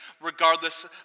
regardless